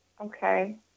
Okay